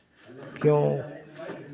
क्यों